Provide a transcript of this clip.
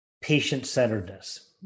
patient-centeredness